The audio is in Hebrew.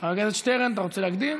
חבר הכנסת שטרן, אתה רוצה להקדים?